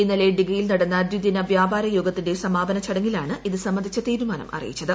ഇന്നലെ ഡിഗയിൽ നടന്ന ദ്വിദിന വ്യാപാരയോഗത്തിന്റെ സമാപന ചടങ്ങിലാണ് ഇത് സംബന്ധിച്ച തീരുമാനം അറിയിച്ചത്